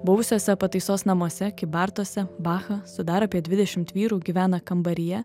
buvusiuose pataisos namuose kybartuose bacha su dar apie dvidešimt vyrų gyvena kambaryje